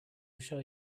shall